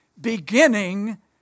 beginning